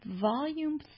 volume